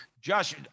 Josh